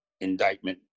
indictment